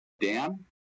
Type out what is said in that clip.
Dan